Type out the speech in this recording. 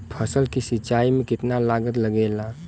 फसल की सिंचाई में कितना लागत लागेला?